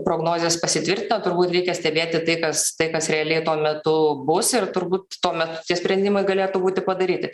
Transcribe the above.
prognozės pasitvirtina turbūt reikia stebėti tai kas tai kas realiai tuo metu bus ir turbūt tuo metu tie sprendimai galėtų būti padaryti